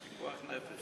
פיקוח נפש.